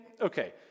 okay